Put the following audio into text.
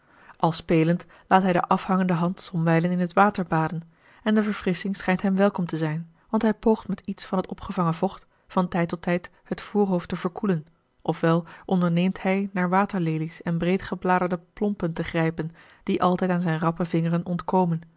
al spelend laat hij de afhangende hand somwijlen in het water baden en de verfrissching schijnt hem welkom te zijn want hij poogt met iets van het opgevangen vocht van tijd tot tijd het voorhoofd te verkoelen of wel onderneemt hij naar waterlelies en breed gebladerde plompen te grijpen die altijd aan zijne rappe vingeren ontkomen